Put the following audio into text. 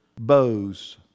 Bows